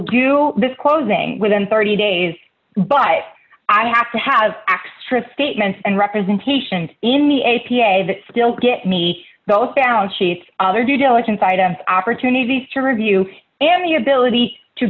this closing within thirty days but i have to have extra statements and representations in the a p a that still get me those balance sheets their due diligence items opportunities to review and the ability to